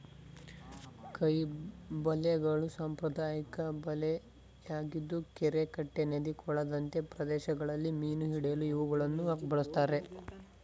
ಕೈ ಬಲೆಗಳು ಸಾಂಪ್ರದಾಯಿಕ ಬಲೆಯಾಗಿದ್ದು ಕೆರೆ ಕಟ್ಟೆ ನದಿ ಕೊಳದಂತೆ ಪ್ರದೇಶಗಳಲ್ಲಿ ಮೀನು ಹಿಡಿಯಲು ಇವುಗಳನ್ನು ಬಳ್ಸತ್ತರೆ